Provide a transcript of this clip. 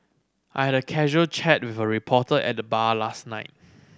I had a casual chat with a reporter at the bar last night